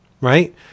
right